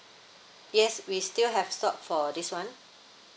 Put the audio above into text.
yes we still have stock for this one